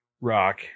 rock